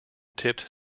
tipped